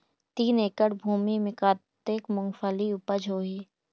तीन एकड़ भूमि मे कतेक मुंगफली उपज होही?